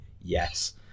yes